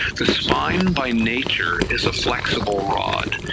the spine by nature is a flexible rod,